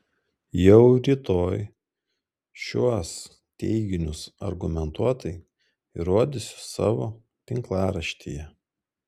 jau rytoj šiuos teiginius argumentuotai įrodysiu savo tinklaraštyje